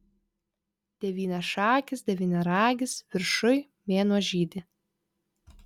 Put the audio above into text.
devyniašakis devyniaragis viršuj mėnuo žydi